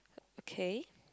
okay